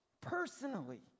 personally